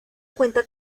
cuenta